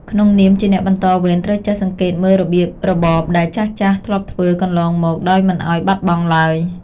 ក្នុងនាមជាអ្នកបន្តវេនត្រូវចេះសង្កេតមើលរបៀបរបបដែលចាស់ៗធ្លាប់ធ្វើកន្លងមកដោយមិនឱ្យបាត់បងឡើយ។